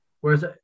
whereas